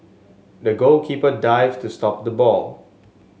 the goalkeeper dived to stop the ball